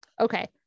Okay